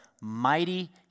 mighty